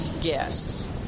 guess